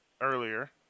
earlier